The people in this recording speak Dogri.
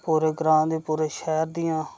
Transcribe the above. पूरे ग्रांऽ दियां पूरे शैह्र दियां